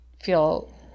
feel